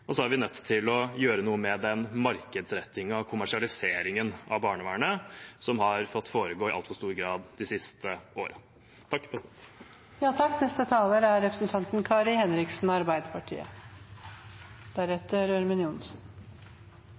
og vi er nødt til å gjøre noe med den markedsrettingen og kommersialiseringen av barnevernet som har fått foregå i altfor stor grad de siste årene. Takk